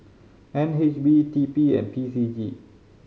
N H B T P and P C G